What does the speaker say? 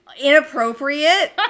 inappropriate